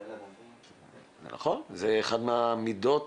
זה אחת מהמידות,